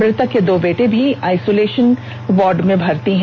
मृतक के दो बेटे भी आइसोलेशन वार्ड में भर्ती है